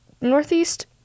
Northeast